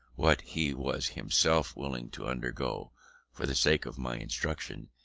what he was himself willing to undergo for the sake of my instruction,